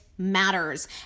matters